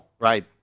right